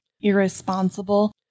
irresponsible